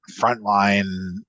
frontline